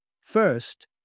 First